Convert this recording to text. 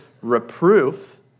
reproof